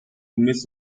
miss